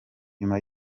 nyuma